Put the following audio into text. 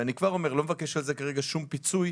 ואני לא מבקש על כך פיצוי,